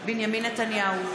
בנימין נתניהו,